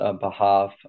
behalf